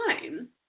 time